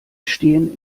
stehen